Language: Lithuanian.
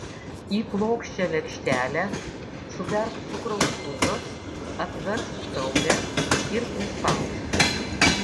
į plokščią lėkštelę suberk cukraus pudros apversk taurę ir prispausk